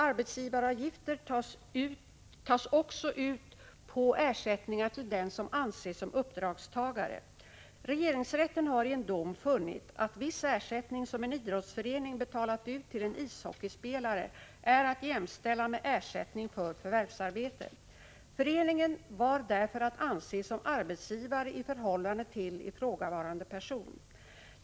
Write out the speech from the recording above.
Arbetsgivaravgifter tas också ut på ersättningar till den som anses vara uppdragstagare. Regeringsrätten har i en dom funnit att viss ersättning som en idrottsförening betalat ut till en ishockeyspelare är att jämställa med ersättning för förvärvsarbete. Föreningen var därför att anse som arbetsgivare i förhållande till ifrågavarande person.